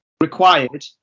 required